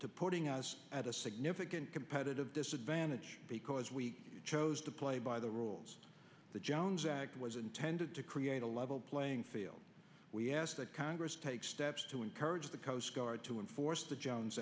adds putting us at a significant competitive disadvantage because we chose to play by the rules the jones act was intended to create a level playing field we asked that congress take steps to encourage the coast guard to enforce the jones